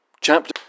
Chapter